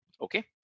okay